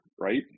right